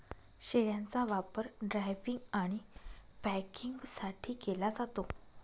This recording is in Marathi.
शेळ्यांचा वापर ड्रायव्हिंग आणि पॅकिंगसाठी केला जातो